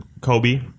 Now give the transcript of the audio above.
Kobe